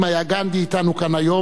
אם היה גנדי אתנו כאן היום,